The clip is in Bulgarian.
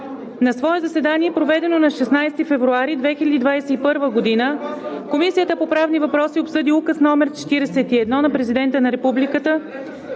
„На свое заседание, проведено на 16 февруари 2021 г., Комисията по правни въпроси обсъди Указ № 41 на Президента на Република